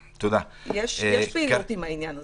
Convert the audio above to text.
יש פעילות עם העניין הזה.